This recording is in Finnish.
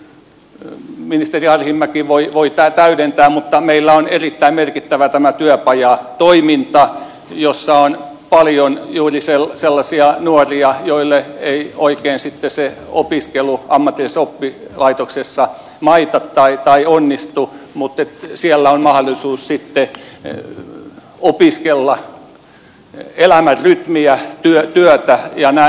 no sitten meillä on tietysti ministeri arhinmäki voi täydentää erittäin merkittävä tämä työpajatoiminta jossa on paljon juuri sellaisia nuoria joille ei oikein sitten se opiskelu ammatillisessa oppilaitoksessa maita tai joilta se ei onnistu mutta siellä on mahdollisuus sitten opiskella elämänrytmiä työtä ja näin